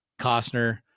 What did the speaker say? Costner